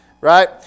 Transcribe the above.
Right